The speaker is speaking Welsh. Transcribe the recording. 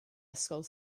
ysgol